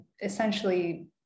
essentially